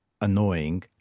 annoying